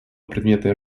предметной